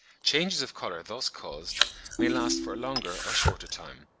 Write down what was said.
changes of colour thus caused may last for a longer or shorter time.